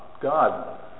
God